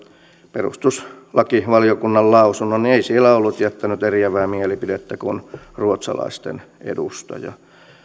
perustuslakivaliokunnan lausunnon niin ei siellä ollut jättänyt eriävää mielipidettä kuin ruotsalaisten edustaja